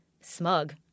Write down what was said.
smug